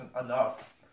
enough